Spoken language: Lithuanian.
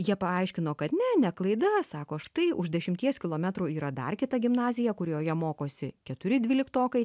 jie paaiškino kad ne ne klaida sako štai už dešimties kilometrų yra dar kita gimnazija kurioje mokosi keturi dvyliktokai